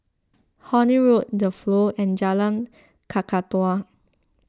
Horne Road the Flow and Jalan Kakatua